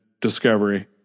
Discovery